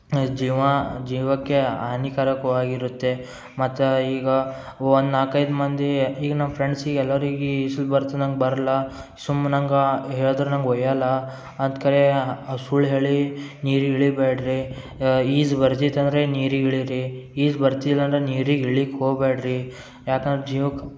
ಜೀವ ಜೀವಕ್ಕೆ ಹಾನಿಕಾರಕ್ವಾಗಿರುತ್ತೆ ಮತ್ತು ಈಗ ಒಂದು ನಾಲ್ಕೈದು ಮಂದಿ ಈಗ ನಮ್ಮ ಫ್ರೆಂಡ್ಸಿಗೆ ಎಲ್ಲರಿಗು ಈಜು ಬರತ್ತಾ ನಂಗೆ ಬರಲ್ಲ ಸುಮ್ ನಂಗೆ ಹೇಳ್ದ್ರ ನಂಗೆ ಒಯ್ಯಲ್ಲಾ ಅತು ಖರೆ ಸುಳ್ಳು ಹೇಳಿ ನೀರಿಗೆ ಇಳಿಬೇಡ್ರಿ ಈಜು ಬರ್ದಿತ್ತು ಅಂದರೆ ನೀರಿಗೆ ಇಳಿರಿ ಈಜು ಬರ್ತಿಲ್ಲಂದರೆ ನೀರಿಗೆ ಇಳಿಲಿಕೆ ಹೋಗಬ್ಯಾಡ್ರಿ ಯಾಕಂದ್ರೆ ಜೀವಕ್ಕೆ